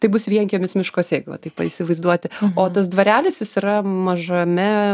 tai bus vienkiemis miško sėkla taip va įsivaizduoti o tas dvarelis jis yra mažame